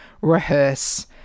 rehearse